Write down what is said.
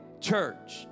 church